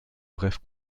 bref